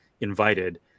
invited